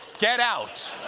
get out.